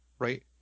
Right